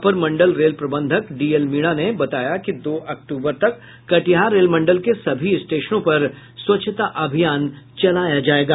अपर मंडल रेल प्रबंधक डीएल मीना ने बताया कि दो अक्टूबर तक कटिहार रेल मंडल के सभी स्टेशनों पर स्वच्छता अभियान चलाया जायेगा